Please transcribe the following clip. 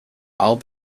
all